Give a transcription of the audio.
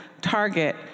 target